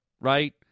right